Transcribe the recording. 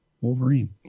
Wolverine